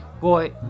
Boy